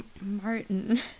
Martin